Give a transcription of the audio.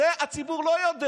את זה הציבור לא יודע.